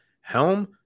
Helm